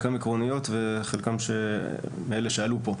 חלקן עקרוניות ואלה שעלו פה.